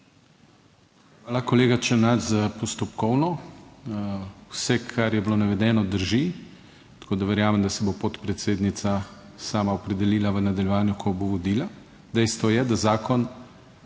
Hvala, kolega Černač, za postopkovno. Vse kar je bilo navedeno, drži, tako da verjamem, da se bo podpredsednica sama opredelila v nadaljevanju, ko bo vodila. Dejstvo je, da zakon